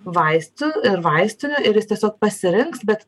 vaistų ir vaistinių ir jis tiesiog pasirinks bet